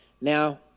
Now